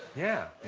yeah.